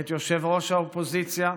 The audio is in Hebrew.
את יושב-ראש האופוזיציה,